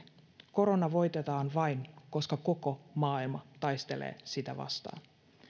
korona voitetaan vain koska koko maailma taistelee sitä vastaan